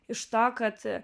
iš to kad